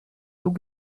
tout